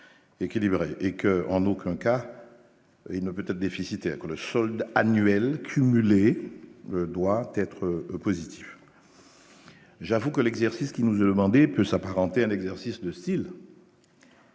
5 milliards et qu'en aucun cas il ne peut être déficitaire, le solde annuel cumulé doit être positif. J'avoue que l'exercice qui nous a demandé peut s'apparenter à un exercice de Style.